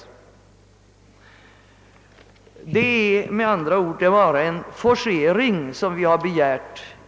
Det är med andra ord bara en forcering som vi har begärt.